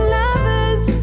lovers